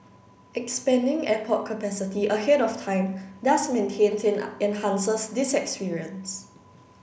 expanding airport capacity ahead of time thus maintains and and enhances this experience